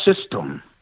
system